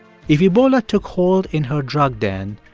if ebola took hold in her drug den,